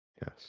Yes